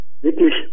wirklich